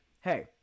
Hey